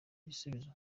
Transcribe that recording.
igisubizo